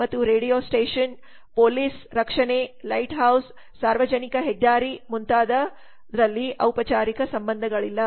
ಮತ್ತು radio station police ರಕ್ಷಣೆ lighthouse ಸಾರ್ವಜನಿಕ ಹೆದ್ದಾರಿ ಮುಂತಾದ ಔಪಚಾರಿಕ ಸಂಬಂಧಗಳಿಲ್ಲ